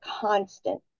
constant